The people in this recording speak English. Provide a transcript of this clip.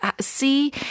see